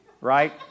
right